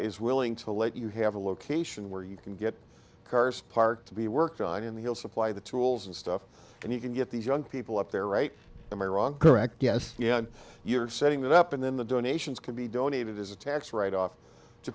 is willing to let you have a location where you can get cars park to be worked on in the real supply the tools and stuff and you can get these young people up there right iran correct yes you're setting that up and then the donations can be donated as a tax write off to